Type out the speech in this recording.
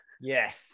Yes